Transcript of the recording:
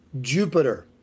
Jupiter